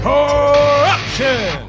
Corruption